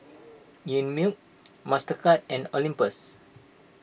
Einmilk Mastercard and Olympus